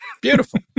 Beautiful